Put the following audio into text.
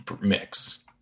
mix